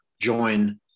join